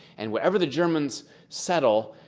and wherever the germans settle,